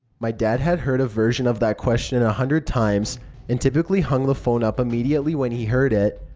my dad had heard a version of that question a hundred times and typically hung the phone up immediately when he heard it.